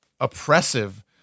oppressive